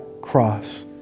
cross